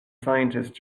scientists